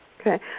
Okay